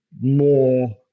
more